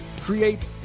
create